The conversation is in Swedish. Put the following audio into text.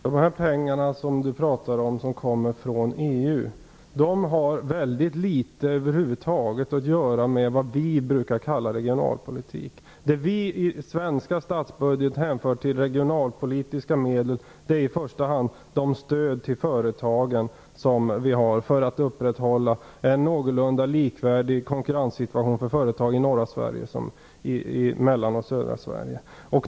Fru talman! Mats Hellström pratar om pengar som kommer från EU. Men de pengarna har mycket litet att göra med vad vi brukar kalla regionalpolitik. Det vi i den svenska statsbudgeten hänför till regionalpolitiska medel är i första hand det stöd som utgår till företagen för att upprätthålla en någorlunda likvärdig konkurrenssituation i norra Sverige och i Mellan respektive Sydsverige.